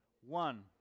one